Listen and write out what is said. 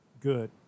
good